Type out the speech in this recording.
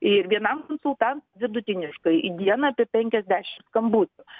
ir vienam konsultantui vidutiniškai į dieną apie penkiasdešim skambučių